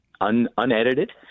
unedited